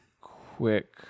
quick